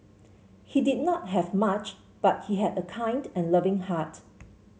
he did not have much but he had a kind and loving heart